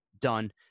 done